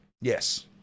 Yes